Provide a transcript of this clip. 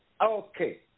Okay